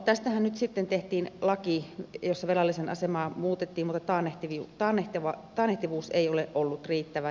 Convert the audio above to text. tästähän nyt sitten tehtiin laki jossa velallisen asemaa muutettiin mutta taannehtivuus ei ole ollut riittävä